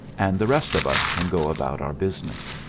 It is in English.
and the rest of us can go about our business.